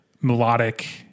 melodic